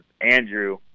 Andrew